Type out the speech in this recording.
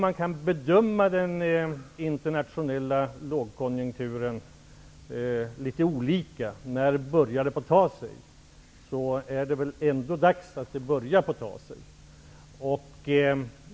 Man kan bedöma den internationella lågkonjunkturen litet olika, men nu är det väl dags att det skall börja ta sig.